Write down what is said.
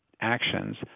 actions